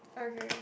okay